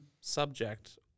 subject